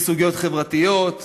מסוגיות חברתיות,